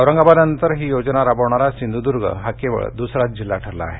औरंगाबादनंतर ही योजना राबवणारा सिंधुदुर्ग हा केवळ दुसराच जिल्हा ठरला आहे